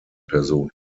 person